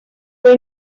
fue